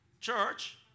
Church